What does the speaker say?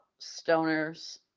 stoners